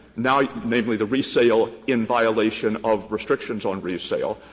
now namely the resale in violation of restrictions on resale.